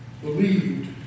believed